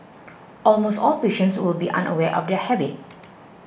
almost all patients will be unaware of their habit